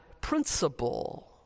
principle